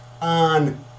on